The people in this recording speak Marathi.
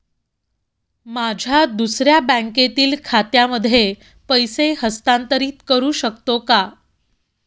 माझ्या दुसऱ्या बँकेतील खात्यामध्ये पैसे हस्तांतरित करू शकतो का?